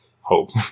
hope